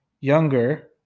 younger